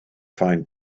find